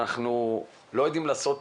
אנחנו לא יודעים לעשות